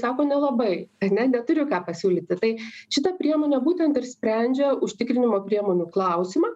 sako nelabai ane neturiu ką pasiūlyti tai šita priemonė būtent ir sprendžia užtikrinimo priemonių klausimą